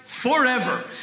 Forever